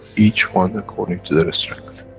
each one according to their strength.